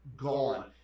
gone